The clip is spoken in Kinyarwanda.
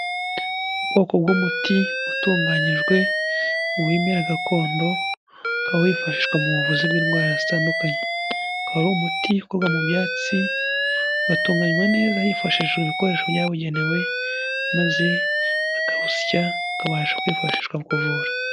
Ubwoko bw'umuti utunganyijwe mu bimera gakondo ukaba wifashishwa mu buvuzi bw'indwara zitandukanye ukaba arumuti ukorwa mu byatsi ugatunganywa neza hifashishijwe ibikoresho byabugenewe maze bakawusya ukabasha kwifashishwa mu kuvura.